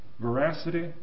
veracity